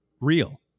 real